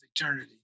eternity